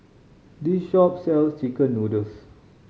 this shop sells chicken noodles